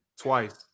twice